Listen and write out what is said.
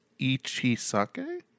ichisake